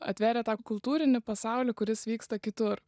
atvėrė tą kultūrinį pasaulį kuris vyksta kitur